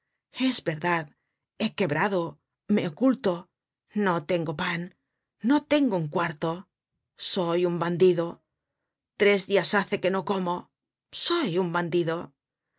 es verdad he quebrado me oculto no tengo pan no tengo un cuarto soy un bandido tres dias hace que no como soy un bandido